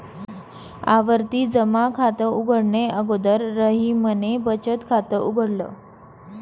आवर्ती जमा खात उघडणे अगोदर रहीमने बचत खात उघडल